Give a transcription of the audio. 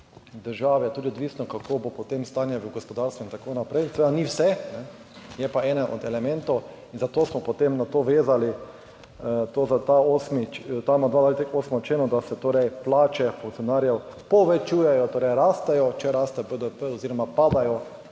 države je tudi odvisno, kako bo potem stanje v gospodarstvu in tako naprej, seveda ni vse, je pa eden od elementov in zato smo potem na to vezali to, da ta 8., ta amandma k 8. členu, da se torej plače funkcionarjev povečujejo, torej rastejo, če raste BDP, oziroma padajo,